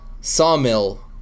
sawmill